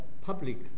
public